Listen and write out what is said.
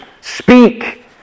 speak